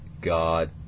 God